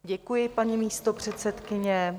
Děkuji, paní místopředsedkyně.